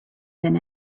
than